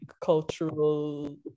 cultural